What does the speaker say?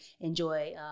enjoy